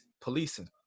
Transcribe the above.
policing